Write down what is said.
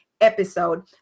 episode